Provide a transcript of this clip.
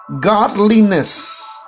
godliness